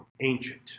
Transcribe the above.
ancient